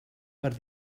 per